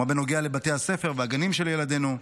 ומה בנוגע לבתי הספר והגנים של ילדינו?